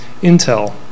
Intel